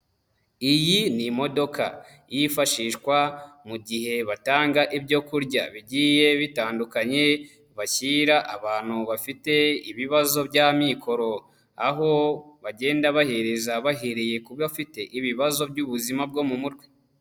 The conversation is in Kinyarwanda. Iyi ni imodoka yifashishwa mu gihe batanga ibyo kurya bigiye bitandukanye bashyira abantu bafite ibibazo by'amikoro, aho bagenda bahereza bahereye ku bafite ibibazo by'ubuzima bwo mu mutwe.